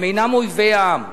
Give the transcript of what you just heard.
אינם אויבי העם.